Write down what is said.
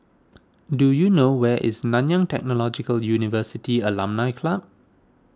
do you know where is Nanyang Technological University Alumni Club